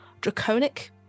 draconic